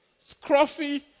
scruffy